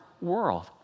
world